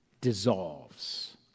dissolves